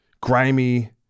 grimy